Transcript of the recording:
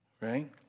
Right